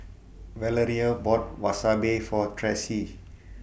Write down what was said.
Valeria bought Wasabi For Tressie